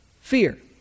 fear